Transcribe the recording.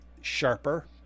sharper